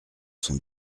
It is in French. son